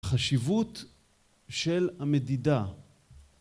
חשיבות של המדידה